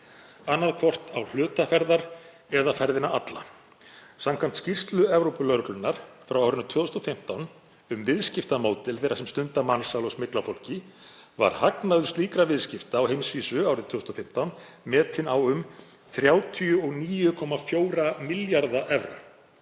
annaðhvort á hluta ferðar eða ferðina alla. Samkvæmt skýrslu Evrópulögreglunnar frá árinu 2015 um viðskiptamódel þeirra sem stunda mansal og smygl á fólki var hagnaður slíkra viðskipta á heimsvísu árið 2015 metinn á um 39,4 milljarða evra